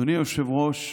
אדוני היושב-ראש,